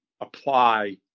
apply